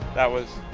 that was,